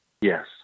Yes